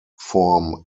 form